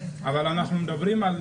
אבל אנחנו מדברים על